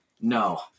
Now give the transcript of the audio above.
No